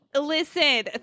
Listen